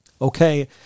Okay